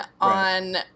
on